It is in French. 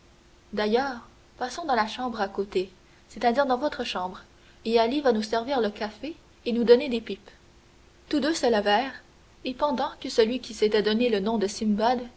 d'ailleurs passons dans la chambre à côté c'est-à-dire dans votre chambre et ali va nous servir le café et nous donner des pipes tous deux se levèrent et pendant que celui qui s'était donné le nom de